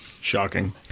Shocking